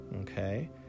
Okay